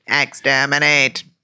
exterminate